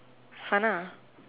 Fana